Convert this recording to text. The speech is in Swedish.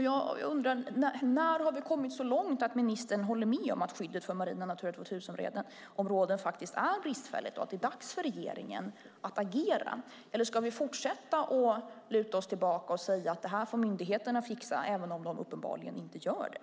Jag undrar: När har vi kommit så långt att ministern håller med om att skyddet för marina Natura 2000-områden faktiskt är bristfälligt och att det är dags för regeringen att agera? Ska vi fortsätta att luta oss tillbaka och säga att myndigheterna får fixa detta, även om de uppenbarligen inte gör det?